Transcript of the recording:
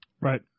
Right